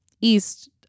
East